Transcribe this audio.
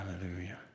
Hallelujah